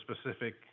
specific